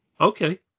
Okay